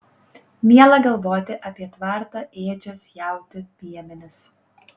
miela galvoti apie tvartą ėdžias jautį piemenis